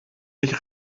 nicht